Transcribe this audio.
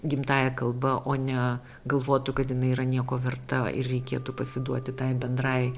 gimtąja kalba o ne galvotų kad jinai yra nieko verta ir reikėtų pasiduoti tai bendrai